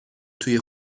توی